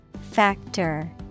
Factor